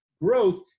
growth